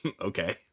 okay